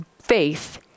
faith